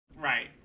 Right